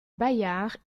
bayard